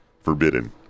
Forbidden